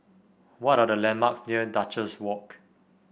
what are the landmarks near Duchess Walk